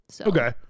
Okay